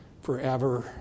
forever